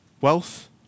wealth